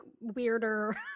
weirder